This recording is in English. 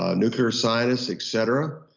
ah nuclear signs et cetera,